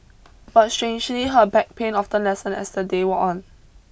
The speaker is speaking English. but strangely her back pain often lessened as the day wore on